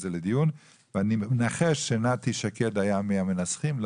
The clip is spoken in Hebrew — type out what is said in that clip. זה לדיון ואני מנחש שנתי שקד היה בין המנסחים?